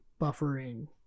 buffering